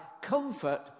comfort